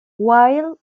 wild